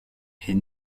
est